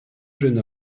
jeune